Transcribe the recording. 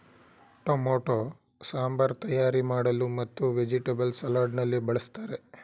tomato sambar ತಯಾರಿ ಮಾಡಲು ಮತ್ತು ವೆಜಿಟೇಬಲ್ಸ್ ಸಲಾಡ್ ನಲ್ಲಿ ಬಳ್ಸತ್ತರೆ